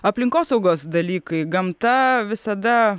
aplinkosaugos dalykai gamta visada